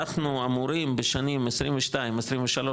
אנחנו אמורים בשנים 22-23-24,